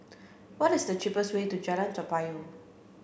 what is the cheapest way to Jalan Toa Payoh